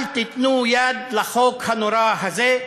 אל תיתנו יד לחוק הנורא הזה.